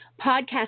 Podcast